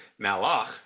Malach